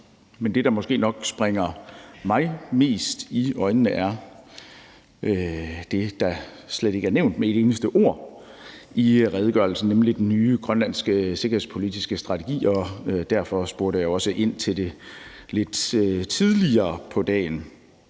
men det, der måske nok springer mest i øjnene for mig, er det, der slet ikke er nævnt med et eneste ord i redegørelsen, nemlig den nye grønlandske sikkerhedspolitiske strategi, og derfor spurgte jeg også ind til det lidt tidligere på dagen.